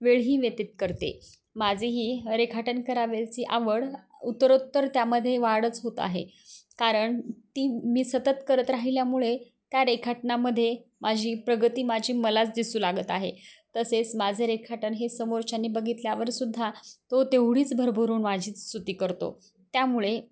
वेळही व्यतीत करते माझे ही रेखाटन करायची आवड उत्तरोत्तर त्यामध्ये वाढच होत आहे कारण ती मी सतत करत राहिल्यामुळे त्या रेखाटनामध्ये माझी प्रगती माझी मलाच दिसू लागत आहे तसेच माझे रेखाटन हे समोरच्यानी बघितल्यावरसुद्धा तो तेवढीच भरभरून माझीच स्तुति करतो त्यामुळे